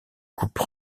coupes